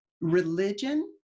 religion